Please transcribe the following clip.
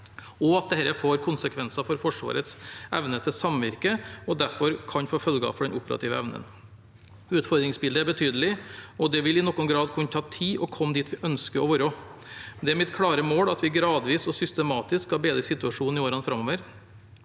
og at dette får konsekvenser for Forsvarets evne til samvirke og derfor kan få følger for den operative evnen. Utfordringsbildet er betydelig, og det vil i noen grad kunne ta tid å komme dit vi ønsker å være, men det er mitt klare mål at vi gradvis og systematisk skal bedre situasjonen i årene framover.